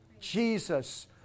Jesus